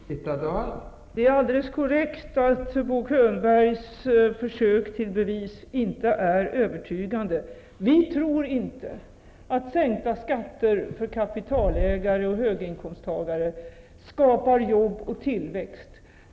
Fru talman! Det är alldeles korrekt att Bo Könbergs försök till bevis inte är övertygande. Vi tror inte att sänkta skatter för kapitalägare och höginkomsttagare skapar jobb och tillväxt.